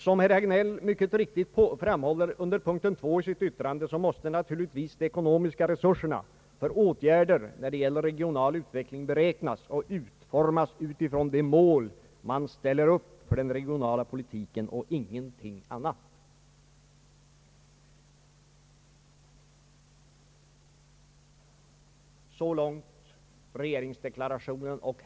Som herr Hagnell mycket riktigt framhåller under punkt 2 i sitt yttrande måste naturligtvis de ekonomiska resurserna för åtgärder när det gäller regional utveckling beräknas och utformas utifrån det mål man ställer upp för den regionala politiken, och ingenting annat.